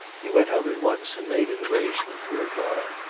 he went out at once and made an arrangement for a car,